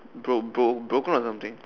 bro~ bro~ broken or something